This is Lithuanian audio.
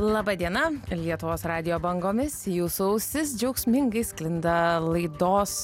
laba diena lietuvos radijo bangomis į jūsų ausis džiaugsmingai sklinda laidos